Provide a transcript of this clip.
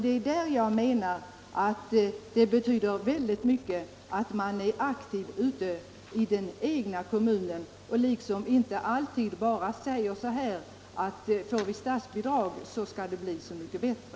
Det är där jag menar att det betyder väldigt mycket att man är aktiv i den egna kommunen och inte bara resonerar som så att får vi statsbidrag skall det bli så mycket bättre.